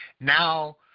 now